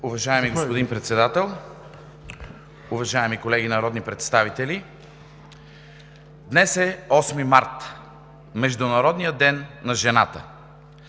Уважаеми господин Председател, уважаеми колеги народни представители! Днес е Осми март – Международният ден на жената.